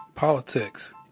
Politics